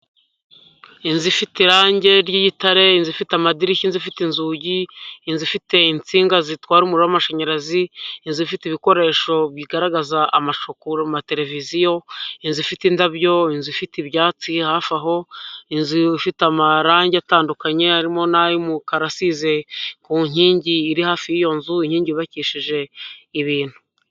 Inzu ifite irangi ry'igitare, inzu ifite amadirishya, inzu ifite inzugi, inzu ifite insinga zitwara umuriro w'amashanyarazi, inzu ifite ibikoresho bigaragaza amateleviziyo, inzu ifite indabyo, inzu ifite ibyatsi hafi aho, inzu ifite amarange atandukanye arimo n'ay'umukara asize ku nkingi iri hafi y'iyo nzu, inkingi yubakishije ibintu.